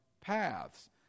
paths